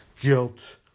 Guilt